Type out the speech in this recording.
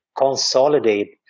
consolidate